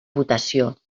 votació